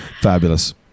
Fabulous